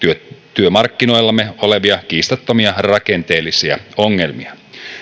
työmarkkinoillamme olevia kiistattomia rakenteellisia ongelmia